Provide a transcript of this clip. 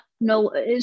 no